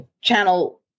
Channel